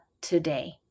today